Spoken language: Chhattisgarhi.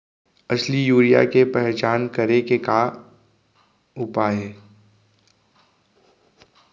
असली यूरिया के पहचान करे के का उपाय हे?